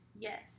Yes